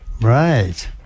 Right